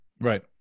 Right